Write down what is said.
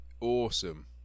awesome